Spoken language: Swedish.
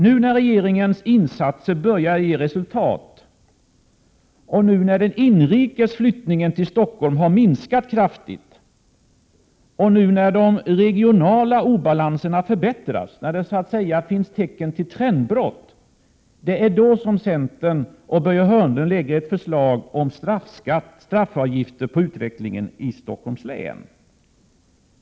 Nu när regeringens insatser börjar ge resultat och den inrikesflyttningen till Stockholm kraftigt har minskat och när de regionala obalanserna förbättrats, när det finns tecken till trendbrott, då lägger centern och Börje Hörnlund fram ett förslag om straffavgifter på utvecklingen i Stockholms län.